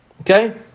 Okay